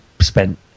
spent